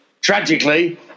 Tragically